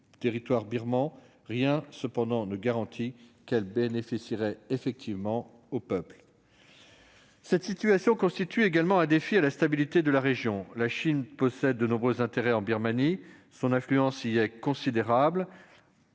territoire birman, rien ne garantit qu'elle bénéficierait effectivement au peuple. Cette situation constitue également un défi à la stabilité de la région. La Chine possède de nombreux intérêts en Birmanie, et son influence y est considérable.